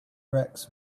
rex